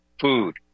food